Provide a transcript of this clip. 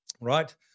right